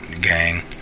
gang